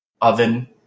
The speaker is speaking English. oven